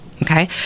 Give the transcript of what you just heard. Okay